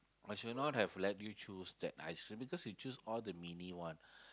I should not have let you choose the ice-cream because you choose all the mini one